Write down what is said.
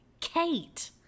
Kate